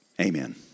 Amen